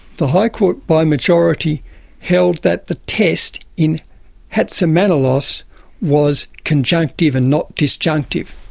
the high court by majority held that the test in hatzimanolis was conjunctive and not disjunctive.